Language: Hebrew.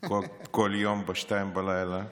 כל יום ב-02:00.